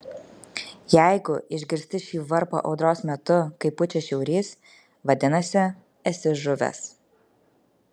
jeigu išgirsti šį varpą audros metu kai pučia šiaurys vadinasi esi žuvęs